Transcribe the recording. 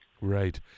Right